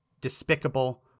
Despicable